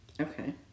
Okay